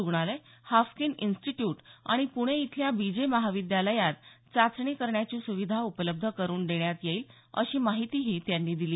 रुग्णालय Haffkine institute आणि प्णे इथल्या बीजे महाविद्यालयात चाचणी करण्याची सुविधा उपलब्ध करून देण्यात येईल अशी माहितीही त्यांनी दिली